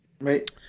Right